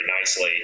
nicely